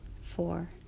four